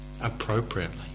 appropriately